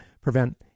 prevent